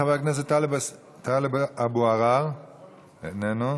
חבר הכנסת טלב אבו עראר, איננו.